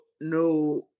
No